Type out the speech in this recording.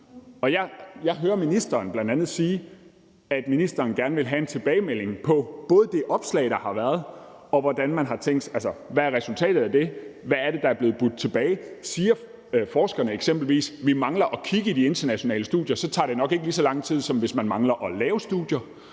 Jeg hører bl.a. ministeren sige, at ministeren gerne vil have en tilbagemelding på både det opslag, der har været, og hvad resultatet af det er, hvad det er, der er blevet budt tilbage. Siger forskerne eksempelvis, at de mangler at kigge i de internationale studier, så tager det nok ikke lige så lang tid, som hvis man mangler at lave studier,